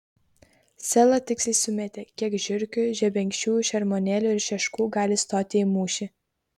sela tiksliai sumetė kiek žiurkių žebenkščių šermuonėlių ir šeškų gali stoti į mūšį